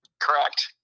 correct